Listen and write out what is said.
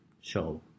show